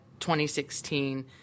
2016